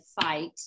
fight